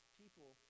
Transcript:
people